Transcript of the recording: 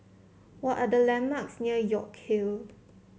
what are the landmarks near York Hill